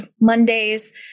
Mondays